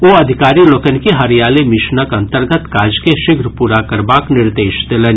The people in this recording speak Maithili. ओ अधिकारी लोकनि के हरियाली मिशनक अंतर्गत काज के शीघ्र पूरा करबाक निर्देश देलनि